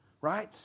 right